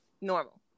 normal